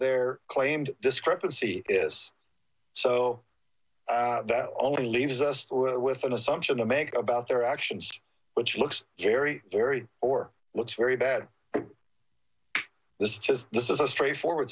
their claimed discrepancy is so that only leaves us with an assumption to make about their actions which looks very very or looks very bad this is just this is a straightforward